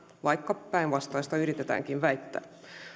vaikka päinvastaista yritetäänkin väittää